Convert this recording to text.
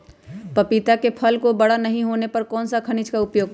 पपीता के फल को बड़ा नहीं होने पर कौन सा खनिज का उपयोग करें?